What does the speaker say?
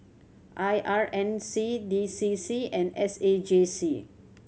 I R N C D C C and S A J C